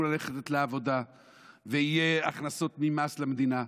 ללכת לעבודה ויהיו הכנסות ממס למדינה,